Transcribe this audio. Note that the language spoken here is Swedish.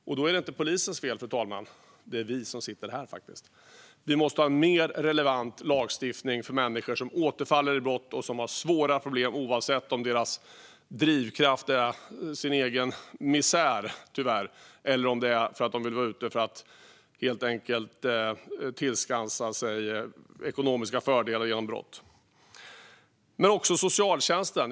Då är det inte polisens fel, fru talman, utan ansvaret vilar på oss som sitter här. Vi måste ha en mer relevant lagstiftning för människor som återfaller i brott och som har svåra problem, oavsett om deras drivkraft är deras egen misär - tyvärr - eller om de helt enkelt är ute efter att tillskansa sig ekonomiska fördelar genom brott. Det handlar också om socialtjänsten.